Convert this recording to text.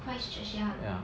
christ church ya